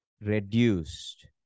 reduced